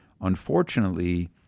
unfortunately